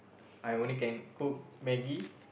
I only can cook maggie